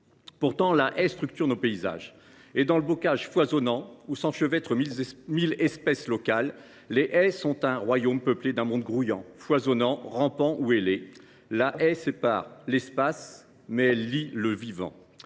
Pourtant, les haies structurent nos paysages. Dans le bocage foisonnant où s’enchevêtrent mille espèces locales, elles forment un royaume peuplé d’un monde grouillant, foisonnant, rampant ou ailé. La haie sépare l’espace, mais elle lie le vivant.